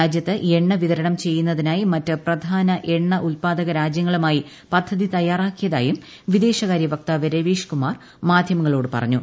രാജ്യത്ത് എണ്ണ വിതരണം ചെയ്യുന്നതിനായി മറ്റ് പ്രധാന എണ്ണ ഉത്പാദക രാജ്യങ്ങളുമായി പദ്ധതി തയ്യാറാക്കിയതായും വിദേശകാരൃ വക്താവ് രവീഷ് കുമാർ മാധ്യമങ്ങോടു പറഞ്ഞു